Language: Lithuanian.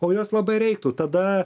o jos labai reiktų tada